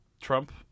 Trump